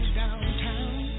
downtown